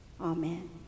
amen